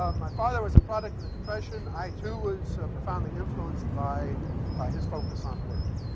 um my father was a product of the depression. i, too, was profoundly influenced by by his focus on work.